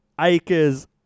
acres